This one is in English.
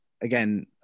again